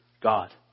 God